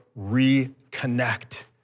reconnect